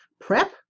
Prep